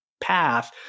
path